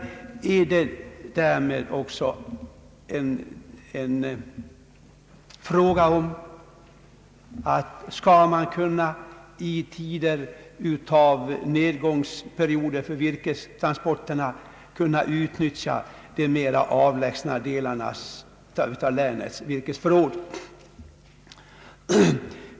Därmed blir det också en fråga om huruvida man i tider av nedgångsperioder för virkestransporterna skall kunna utnyttja de mera avlägsna delarna av länets virkesförråd.